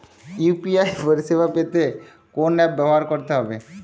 UPI পরিসেবা পেতে কোন অ্যাপ ব্যবহার করতে হবে?